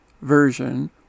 version